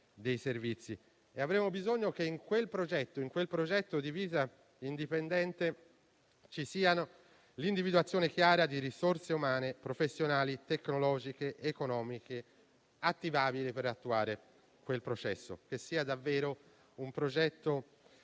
avremo bisogno che in quel progetto di vita indipendente ci sia l'individuazione chiara di risorse umane, professionali, tecnologiche ed economiche attivabili per attuare quel processo, che sia davvero un progetto personalizzato